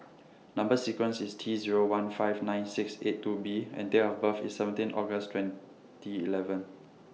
Number sequence IS T Zero one five nine six eight two B and Date of birth IS seventeen August twenty eleven